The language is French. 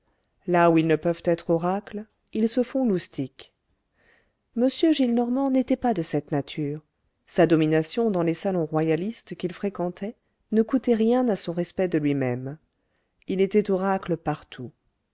là où ils ne peuvent être oracles ils se font loustics m gillenormand n'était pas de cette nature sa domination dans les salons royalistes qu'il fréquentait ne coûtait rien à son respect de lui-même il était oracle partout